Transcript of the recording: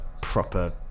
proper